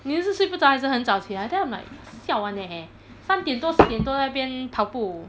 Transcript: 你们是睡不着还是很早起来 then I'm like siao [one] leh 三点多四点多那边跑步